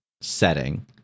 setting